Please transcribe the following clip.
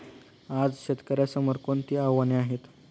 आज शेतकऱ्यांसमोर कोणती आव्हाने आहेत?